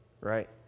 right